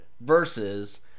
Versus